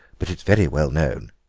but it's very well known.